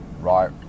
right